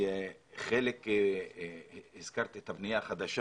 הזכרת את הבנייה החדשה